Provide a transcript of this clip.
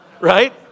Right